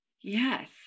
Yes